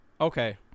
okay